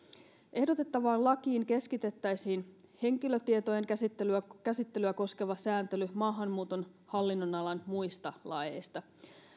ehdotettavaan lakiin keskitettäisiin henkilötietojen käsittelyä käsittelyä koskeva sääntely maahanmuuton hallinnonalan muista laeista